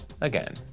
again